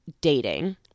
dating